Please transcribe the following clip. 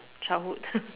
childhood